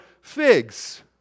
figs